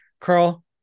carl